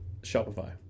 Shopify